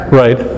right